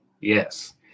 Yes